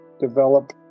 develop